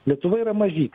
lietuva yra mažytė